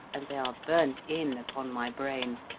and they are burnt in upon my brain,